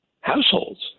households